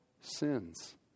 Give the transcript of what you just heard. sins